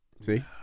See